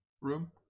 room